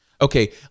Okay